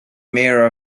mayor